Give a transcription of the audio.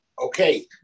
Okay